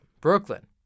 Brooklyn